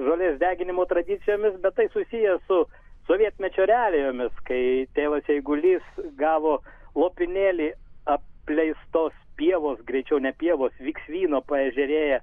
žolės deginimo tradicijomis bet tai susiję su sovietmečio realijomis kai tėvas eigulys gavo lopinėlį apleistos pievos greičiau ne pievos viksvyno paežerėje